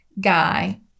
guy